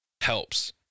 helps